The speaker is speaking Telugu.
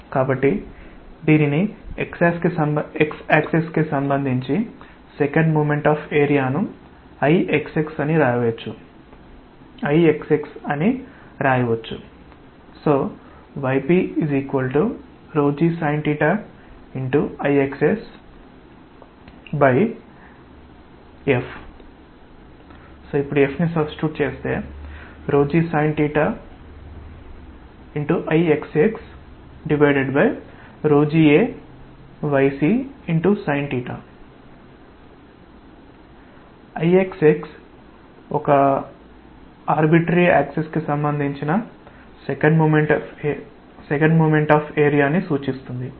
కాబట్టి దీనిని x యాక్సిస్ కి సంబంధించి సెకండ్ మోమెంట్ ఆఫ్ ఏరియా ను IXX అని వ్రాయవచ్చు ypg sin IXXFg sin IXXgAyc Sin IXX ఒక ఆర్బిట్రరి యాక్సిస్ కి సంబంధించిన సెకండ్ మోమెంట్ ఆఫ్ ఏరియాని సూచిస్తుంది